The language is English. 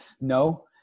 no